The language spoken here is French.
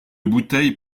bouteille